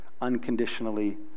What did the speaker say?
unconditionally